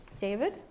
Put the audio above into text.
David